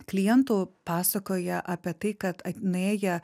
klientų pasakoja apie tai kad nuėję